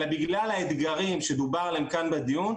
אלא בגלל האתגרים שדובר עליהם כאן בדיון,